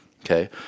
okay